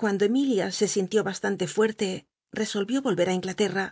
cuando emilia se sintió bastante fuerte resolvió yoher á inglatet't l